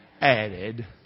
added